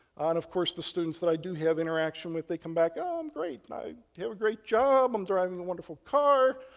of course, the students that i do have interaction with they come back, oh, i'm um great. and i have a great job. i'm driving a wonderful car.